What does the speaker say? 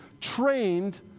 trained